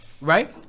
right